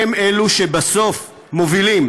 הם שבסוף מובילים